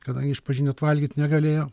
kadangi iš pradžių net valgyt negalėjo